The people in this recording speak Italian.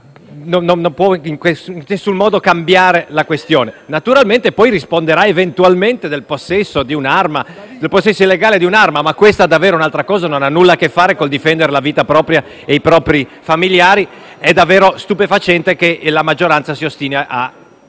non può in nessun modo cambiare la questione. Naturalmente egli poi risponderà, del possesso illegale di un'arma, ma questa è davvero un'altra cosa e non ha nulla a che fare col difendere la vita propria e i propri familiari. È davvero stupefacente che la maggioranza si ostini a